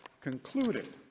concluded